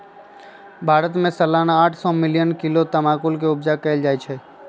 भारत में सलाना आठ सौ मिलियन किलो तमाकुल के उपजा कएल जाइ छै